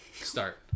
Start